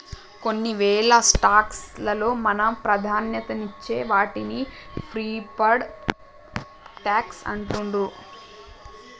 కొన్నివేల స్టాక్స్ లలో మనం ప్రాధాన్యతనిచ్చే వాటిని ప్రిఫర్డ్ స్టాక్స్ అంటుండ్రు